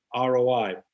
ROI